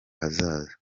hazaza